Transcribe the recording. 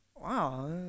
Wow